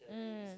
mm